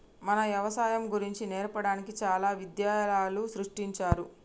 మన యవసాయం గురించి నేర్పడానికి చాలా విద్యాలయాలు సృష్టించారు